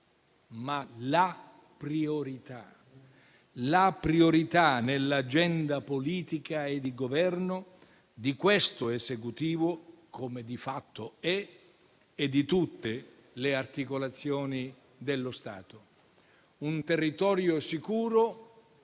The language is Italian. ma la priorità nell'agenda politica e di governo di questo Esecutivo (come di fatto è) e di tutte le articolazioni dello Stato. Un territorio sicuro